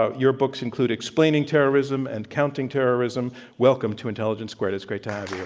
ah your books include explaining terrorism and counting terrorism. welcome to intelligence squared. it's great to have you.